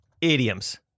idioms